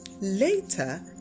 later